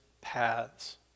paths